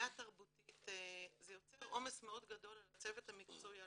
והתרבותית זה יוצר עומס מאוד גדול על הצוות המקצועי,